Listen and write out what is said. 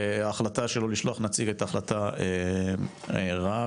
ההחלטה שלא לשלוח נציג היתה נציג היתה רעה